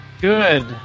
Good